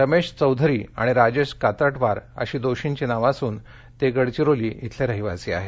रमेश चौधरी आणि राजेश कात्रटवार अशी दोषींची नावे असून ते गडचिरोली येथील रहिवासी आहेत